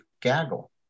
gaggle